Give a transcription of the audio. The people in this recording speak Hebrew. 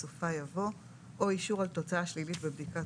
בסופה יבוא "או אישור על תוצאה שלילית בבדיקת